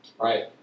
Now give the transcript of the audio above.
Right